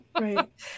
Right